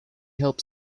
helped